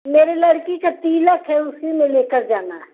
मेरी लड़की का तिलक है उसी में ले के जाना है